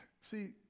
see